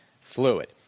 fluid